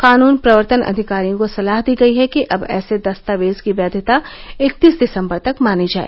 कानून प्रवर्तन अधिकारियों को सलाह दी गई कि अब ऐसे दस्तावेज की वैघता इकतीस दिसम्बर तक मानी जाए